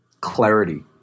clarity